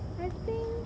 I think